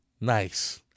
Nice